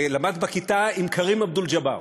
ולמד בכיתה עם כרים עבדול-ג'באר,